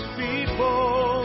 people